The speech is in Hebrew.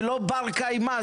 זה לא בר קיימא.